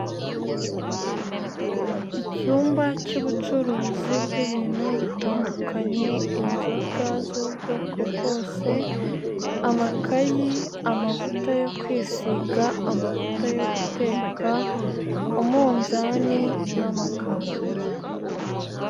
Icyumba cy'ubucuruzi bw'ibintu bitandukanye, inzoga z'ubwoko bwose, amakayi, amavuta yo kwisiga, amavuta yo guteka, umunzani, n'amakaziye.